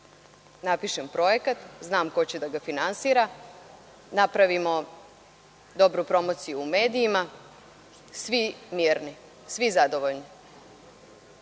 Napišem projekta. Znam ko će da ga finansira. Napravimo dobru promociju u medijima. Svi mirni. Svi zadovoljni. Negde